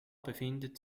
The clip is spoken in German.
befindet